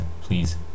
please